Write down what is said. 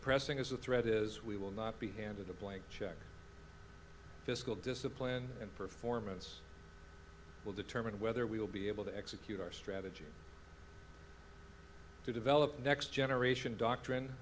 pressing as the threat is we will not be handed a blank check fiscal discipline and performance will determine whether we will be able to execute our strategy to develop the next generation doctrine